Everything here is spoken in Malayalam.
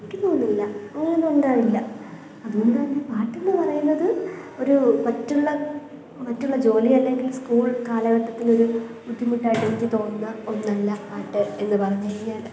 എനിക്ക് തോന്നില്ല അങ്ങനൊന്നുമുണ്ടാവില്ല അതുകൊണ്ടുതന്നെ പാട്ടെന്ന് പറയുന്നത് ഒരു മറ്റുള്ള മറ്റുള്ള ജോലി അല്ലെങ്കിൽ സ്കൂൾ കാലഘട്ടത്തിലൊരു ബുദ്ധിമുട്ടായിട്ടെനിക്ക് തോന്നുന്ന ഒന്നല്ല പാട്ട് എന്ന് പറഞ്ഞേക്കുകയാണ്